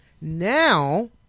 Now